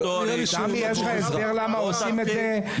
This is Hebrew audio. סמי, יש לך הסבר למה עושים את זה?